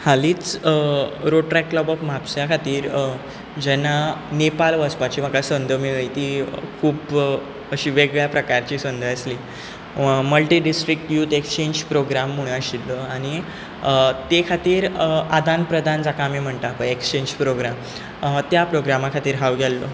हालींच road trek club of म्हापशां खातीर जेन्ना नेपाल वचपाची म्हाका संद मेळ्ळी ती खूब अशीं वेगळ्या प्रकारची संद आसली multi district youth exchange programme म्हणू आशिल्लो आनी ते खातीर आदान प्रदान जाका आमी म्हणटां एक्चेंज प्रोग्राम त्या प्रोग्रामा खातीर हांव गेल्लों